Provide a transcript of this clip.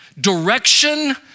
direction